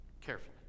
carefully